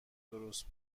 درست